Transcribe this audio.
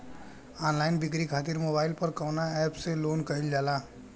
Online बिक्री खातिर mobile पर कवना एप्स लोन कईल जाला?